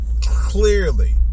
clearly